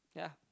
yeah